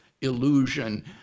illusion